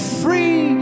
free